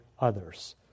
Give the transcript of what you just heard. others